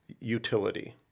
utility